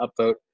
upvote